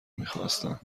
میخواستم